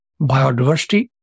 biodiversity